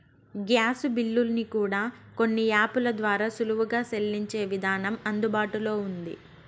gas బిల్లుల్ని కూడా కొన్ని యాపుల ద్వారా సులువుగా సెల్లించే విధానం అందుబాటులో ఉంటుంది